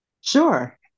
Sure